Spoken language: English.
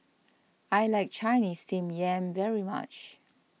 I like Chinese Steamed Yam very much